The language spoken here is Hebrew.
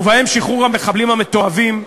ובהן שחרור המחבלים המתועבים,